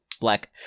black